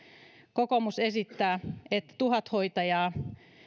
kokoomus esittää että tuhat hoitajaa